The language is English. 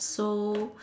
so